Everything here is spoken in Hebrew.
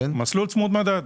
מסלול צמוד מדד